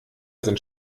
sind